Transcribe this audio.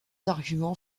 arguments